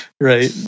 Right